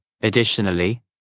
Additionally